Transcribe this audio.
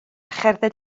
cherdded